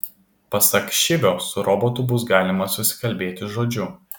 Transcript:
pasak šivio su robotu bus galima susikalbėti žodžiu